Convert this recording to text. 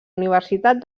universitat